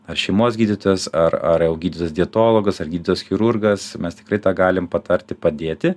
ar šeimos gydytojas ar ar jau gydytojas dietologas ar gydytojas chirurgas mes tikrai tą galim patarti padėti